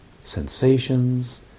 sensations